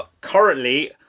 currently